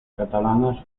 catalanas